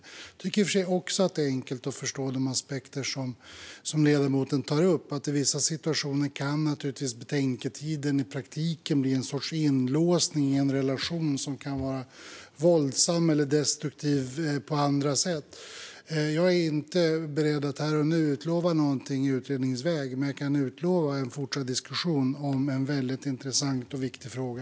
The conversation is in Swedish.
Jag tycker i och för sig också att det är enkelt att förstå de aspekter som ledamoten tar upp, det vill säga att betänketiden i vissa situationer i praktiken blir en sorts inlåsning i en relation som kan vara våldsam eller destruktiv på andra sätt. Jag är inte beredd att här och nu utlova någonting i utredningsväg, men jag kan utlova en fortsatt diskussion om en väldigt intressant och viktig fråga.